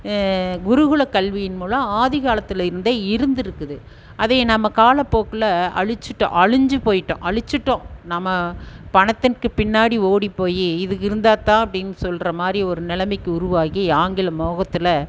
குருகுல கல்வியின் மூலம் ஆதிகாலத்தில் இருந்தே இருந்திருக்குது அதையை நம்ம காலப்போக்கில் அழிச்சுட்டோம் அழிஞ்சி போய்விட்டோம் அழிச்சுட்டோம் நம்ம பணத்திற்கு பின்னாடி ஓடி போய் இதுக்கு இருந்தால் தான் அப்படின்னு சொல்கிற மாதிரி ஒரு நிலமைக்கி உருவாகி ஆங்கில மோகத்தில்